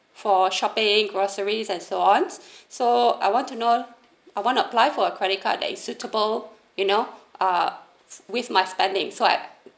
for shopping groceries and so on so I want to know I want apply for a credit card that is suitable you know uh with my spendings so I